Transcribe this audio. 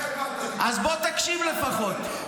אני גאה, אז בוא תקשיב לפחות.